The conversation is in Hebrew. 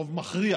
רוב מכריע